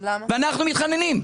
ואנחנו מתחננים.